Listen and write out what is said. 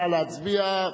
נא להצביע.